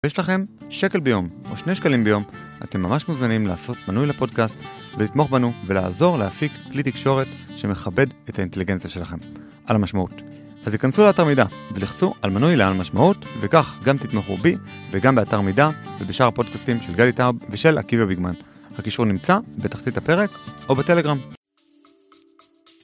ואם יש לכם שקל ביום או שני שקלים ביום, אתם ממש מוזמנים לעשות מנוי לפודקאסט ולתמוך בנו ולעזור להפיק כלי תקשורת שמכבד את האינטליגנציה שלכם על המשמעות. אז יכנסו לאתר מידע ולחצו על מנוי לעל משמעות, וכך גם תתמכו בי וגם באתר מידע ובשאר הפודקאסטים של גלי טרב ושל עקיבא ביגמן. הקישור נמצא בתחתית הפרק או בטלגרם.